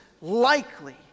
likely